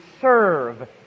serve